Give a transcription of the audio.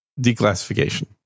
declassification